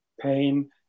pain